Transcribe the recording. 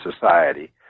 society